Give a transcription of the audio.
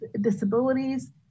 disabilities